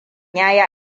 yayi